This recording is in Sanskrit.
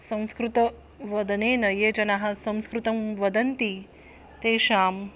संस्कृत वदनेन ये जनाः संस्कृतं वदन्ति तेषां